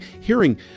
Hearing